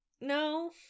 No